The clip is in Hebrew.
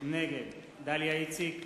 נגד דליה איציק,